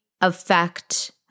affect